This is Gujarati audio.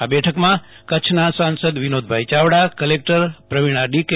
આ બેઠકમાં કચ્છના સાંસદ વિનોદભાઇ ચાવડા કલેક્ટર પ્રવીણા ડી કે